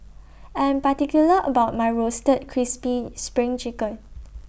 I Am particular about My Roasted Crispy SPRING Chicken